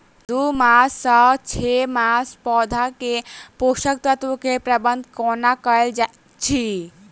दू मास सँ छै मासक पौधा मे पोसक तत्त्व केँ प्रबंधन कोना कएल जाइत अछि?